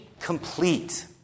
complete